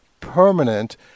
permanent